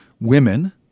women